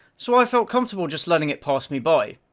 so i felt comfortable just letting it pass me by.